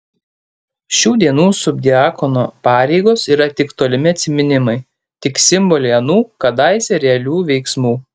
šių dienų subdiakono pareigos yra tik tolimi atsiminimai tik simboliai anų kadaise realių veiksmų